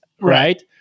right